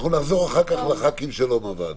אנחנו נחזור אחר כך לחברי הכנסת שלא מהוועדה.